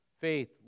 faith